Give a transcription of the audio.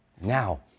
Now